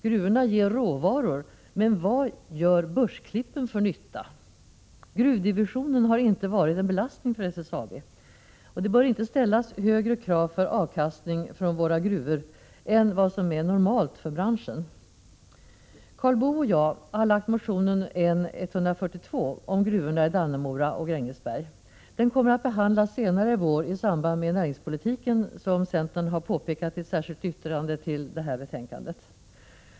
Gruvorna ger råvaror, men vad gör börsklippen för nytta? Gruvdivisionen har inte varit en belastning för SSAB. Det bör inte ställas högre krav på avkastning från våra gruvor än vad som är normalt för branschen. Karl Boo och jag har väckt motionen N142 om gruvorna i Dannemora och Grängesberg. Den kommer att behandlas senare i vår i samband med näringspolitiken, som centern har påpekat i ett särskilt yttrande till detta betänkande.